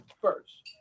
first